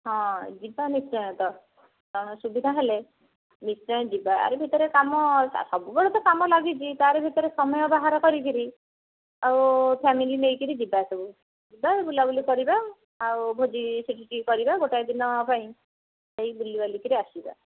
ହଁ ଯିବା ନିଶ୍ଚୟ ତ ସମୟ ସୁବିଧା ହେଲେ ନିଶ୍ଚୟ ଯିବା ୟାରୀ ଭିତରେ କାମ ସବୁବେଳେ ତ କାମ ଲାଗିଛି ତାରି ଭିତରେ ସମୟ ବାହାର କରିକରି ଆଉ ଫ୍ୟାମିଲି ନେଇକିରି ଯିବା ସବୁ ଯିବା ବୁଲାବୁଲି କରିବା ଆଉ ଭୋଜି ସେଇଠି ଟିକିଏ କରିବା ଗୋଟାଏ ଦିନ ପାଇଁ ଯାଇ ବୁଲିବାଲି କରି ଆସିବା